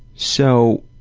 so,